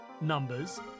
numbers